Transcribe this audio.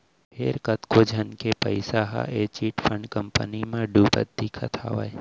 फेर कतको झन के पइसा ह ए चिटफंड कंपनी म डुबत दिखत हावय